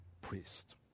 priest